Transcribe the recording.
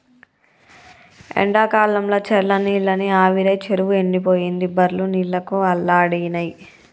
ఎండాకాలంల చెర్ల నీళ్లన్నీ ఆవిరై చెరువు ఎండిపోయింది బర్లు నీళ్లకు అల్లాడినై